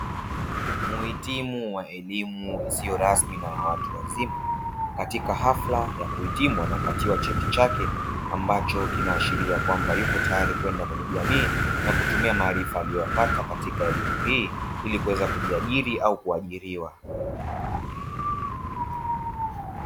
Muhitimu wa elimu isiyo rasmi na ya watu wazima katika hafla ya kuhitimu amepatiwa cheti chake, ambacho kinaashiria kwamba yupo tayari kwenda kwenye jamii, na kutumia maarifa aliyoyapata katika elimu hii ili kuweza kujiajiri au kuajiriwa.